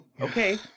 okay